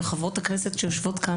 לחברות הכנסת שיושבות כאן,